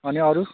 अनि अरू